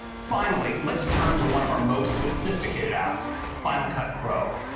finally, let's turn to one of our most sophisticated apps final cut pro.